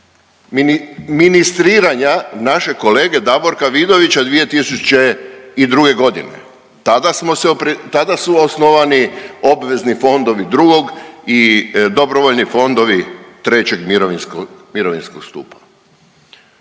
ministriranja našeg kolege Davorka Vidovića 2022.g., tada su osnovani obvezni fondovi drugog i dobrovoljni fondovi trećeg mirovinskog stupa.